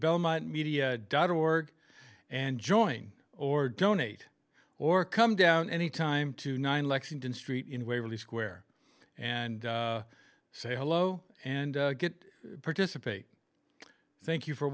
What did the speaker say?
belmont media dot org and joining or donate or come down any time to nine lexington street in waverly square and say hello and get participate thank you for